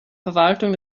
verwaltung